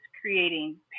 creating